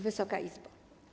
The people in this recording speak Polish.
Wysoka Izbo!